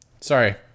Sorry